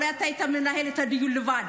אולי אתה היית מנהל את הדיון לבד.